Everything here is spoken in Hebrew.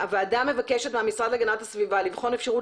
הוועדה מבקשת מהמשרד להגנת הסביבה לבחון אפשרות